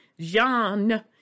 Jean